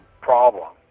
problem